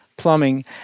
Plumbing